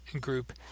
group